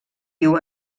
viu